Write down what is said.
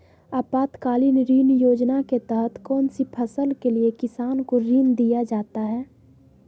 आपातकालीन ऋण योजना के तहत कौन सी फसल के लिए किसान को ऋण दीया जाता है?